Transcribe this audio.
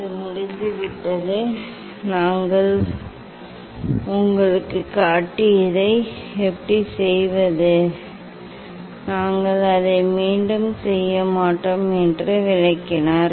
அது முடிந்துவிட்டது நாங்கள் உங்களுக்குக் காட்டியதை எப்படி செய்வது நாங்கள் அதை மீண்டும் செய்ய மாட்டோம் என்று விளக்கினார்